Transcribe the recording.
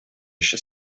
еще